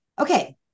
Okay